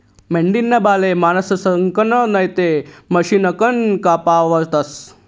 मेंढीना बाले माणसंसकन नैते मशिनकन कापावतस